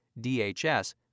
DHS